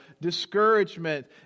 discouragement